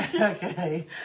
Okay